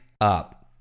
up